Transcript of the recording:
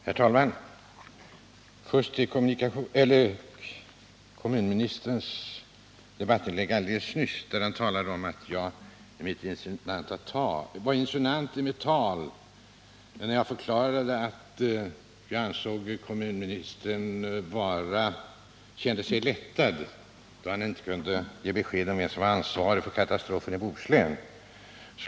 Herr talman! Först till kommunministerns debattinlägg alldeles nyss. Han sade att jag var insinuant i mitt tal när jag förklarade att jag ansåg att kommunministern kände sig lättad då han inte kunde ge besked om vem som var ansvarig för katastrofen i Bohuslän.